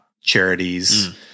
charities